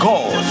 God